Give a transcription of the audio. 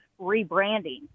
rebranding